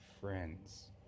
friends